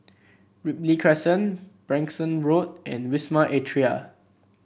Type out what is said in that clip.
Ripley Crescent Branksome Road and Wisma Atria